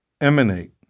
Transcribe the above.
emanate